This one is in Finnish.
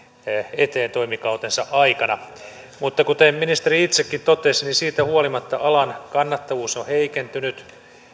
eteen toimikautensa aikana mutta kuten ministeri itsekin totesi siitä huolimatta alan kannattavuus on on heikentynyt